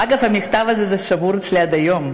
אגב, המכתב הזה שמור אצלי עד היום.